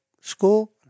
school